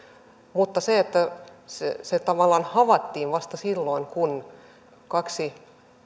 mutta se että se se tavallaan havaittiin vasta silloin kun kaksi